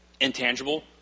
intangible